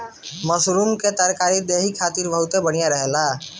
mushroom के तरकारी देहि खातिर बहुते बढ़िया रहेला